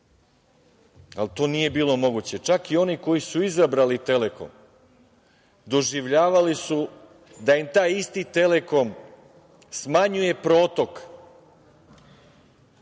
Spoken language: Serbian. ali to nije bilo moguće. Čak i oni koji su izabrali „Telekom“ doživljavali su da im taj isti „Telekom“ smanjuje protok